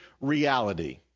reality